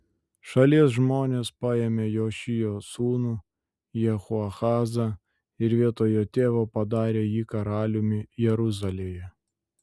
šalies žmonės paėmė jošijo sūnų jehoahazą ir vietoj jo tėvo padarė jį karaliumi jeruzalėje